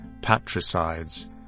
patricides